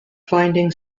finding